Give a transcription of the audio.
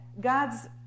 God's